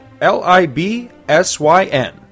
L-I-B-S-Y-N